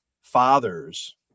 fathers